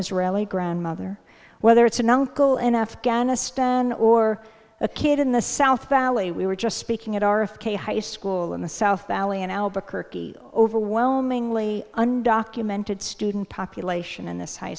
israeli grandmother whether it's a nun coal in afghanistan or a kid in the south valley we were just speaking at our of k high school in the south valley in albuquerque overwhelmingly undocumented student population and this high